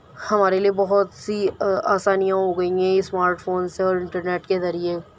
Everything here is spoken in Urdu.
ہمارے لئے بہت سی آسانیاں ہو گئی ہیں اسمارٹ فون سے اور انٹرنیٹ کے ذریعہ